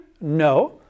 No